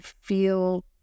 feel